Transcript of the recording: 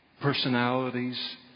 personalities